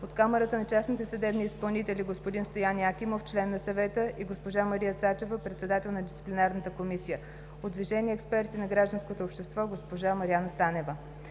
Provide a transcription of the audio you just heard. от Камарата на частните съдебни изпълнители – господин Стоян Якимов – член на Съвета, и госпожа Мария Цачева – председател на Дисциплинарната комисия; от Движение „Експерти на гражданското общество“ – госпожа Мариана Станева.